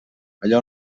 allò